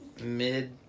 mid